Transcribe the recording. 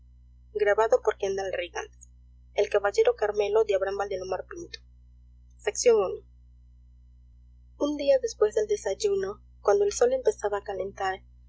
el caballero carmelo ttn día después del desayuno cuando el sol empezaba a calentar